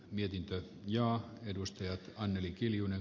mietintö ja edustajat anneli kiljunen